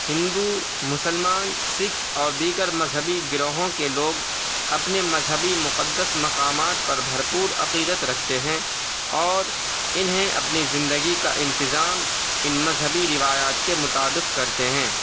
ہندو مسلمان سکھ اور دیگر مذہبی گروہوں کے لوگ اپنے مذہبی مقدس مقامات پر بھرپور عقیدت رکھتے ہیں اور انہیں اپنی زندگی کا انتظام ان مذہبی روایات کے مطابق کرتے ہیں